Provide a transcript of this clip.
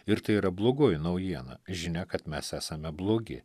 ir tai yra blogoji naujiena žinia kad mes esame blogi